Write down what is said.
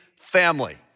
family